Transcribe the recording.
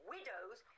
Widows